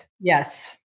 Yes